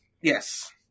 Yes